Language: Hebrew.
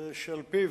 שעל-פיו,